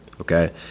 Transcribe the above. okay